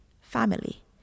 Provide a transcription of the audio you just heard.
family